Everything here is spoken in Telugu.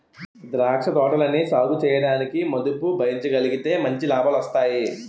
ద్రాక్ష తోటలని సాగుచేయడానికి మదుపు భరించగలిగితే మంచి లాభాలొస్తాయి